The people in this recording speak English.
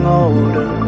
older